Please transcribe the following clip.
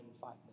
five